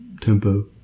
Tempo